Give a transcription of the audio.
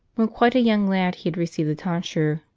when quite a young lad he had received the tonsure,